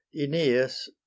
aeneas